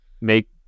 make